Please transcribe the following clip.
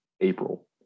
April